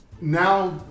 now